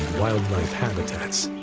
wildlife habitats.